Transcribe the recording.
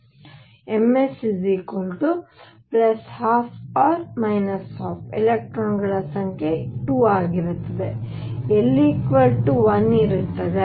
ಆದ್ದರಿಂದ Ms 12 or 12 ಎಲೆಕ್ಟ್ರಾನ್ಗಳ ಸಂಖ್ಯೆ 2 ಆಗಿರುತ್ತದೆ l 1 ಇರುತ್ತದೆ